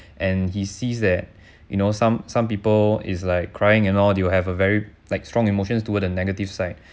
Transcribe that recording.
and he sees that you know some some people is like crying and all they will have a very like strong emotions toward the negative side